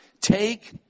take